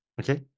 okay